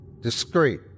discreet